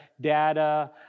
data